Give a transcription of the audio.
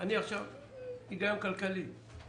יש